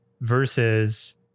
versus